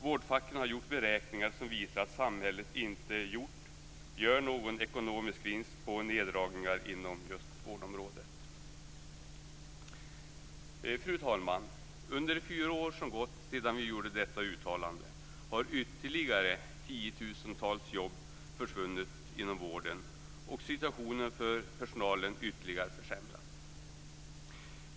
Vårdfacket har gjort beräkningar som visat att samhället inte gjort/gör någon ekonomisk vinst på neddragningar inom vårdområdet." Fru talman! Under de fyra år som gått sedan vi gjorde detta uttalande har ytterligare tiotusentals jobb försvunnit inom vården, och situationen för personalen har ytterligare försämrats.